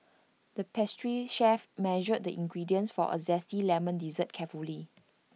the pastry chef measured the ingredients for A Zesty Lemon Dessert carefully